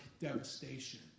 devastation